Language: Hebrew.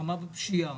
מלחמה בפשיעה,